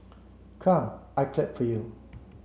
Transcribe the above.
come I clap for you